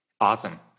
Awesome